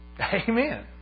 Amen